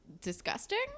disgusting